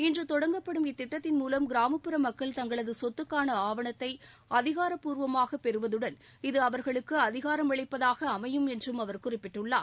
இன்று தொடங்கப்படும் இத்திட்டத்தின் மூலம் கிராமப்புற மக்கள் தங்களது சொத்துக்கான ஆவணத்தை அதிகாரப்பூர்வமாக பெறுவதுடன் இது அவர்களுக்கு அதிகாரமளிப்பதாக அமையும் என்றும் அவர் குறிப்பிட்டுள்ளார்